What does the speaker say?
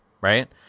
right